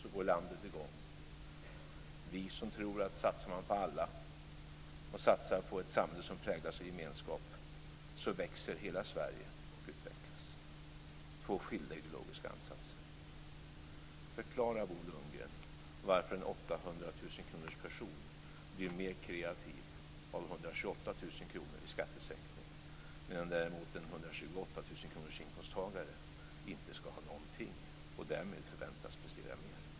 Och det är vi som tror att hela Sverige växer och utvecklas om man satsar på alla och satsar på ett samhälle som präglas av gemenskap. Det är två skilda ideologiska ansatser. kronorsperson blir mer kreativ av 128 000 kr i skattesänkning medan en 128 000-kronorsinkomsttagare däremot inte ska ha någonting och ändå förväntas prestera mer!